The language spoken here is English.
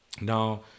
Now